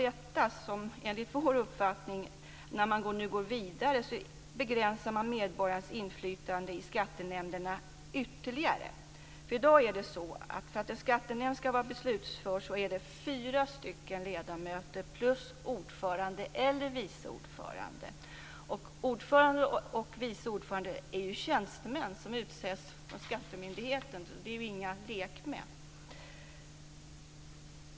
Enligt vår uppfattning begränsar man medborgarnas inflytande i skattenämnderna ytterligare när man nu går vidare med detta. I dag är det så att för att en skattenämnd ska vara beslutför ska fyra ledamöter samt ordförande eller vice ordförande vara närvarande. Ordföranden och vice ordföranden är ju tjänstemän som utses av skattemyndigheten. De är inte lekmän.